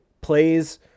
plays